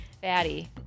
fatty